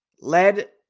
led